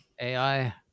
AI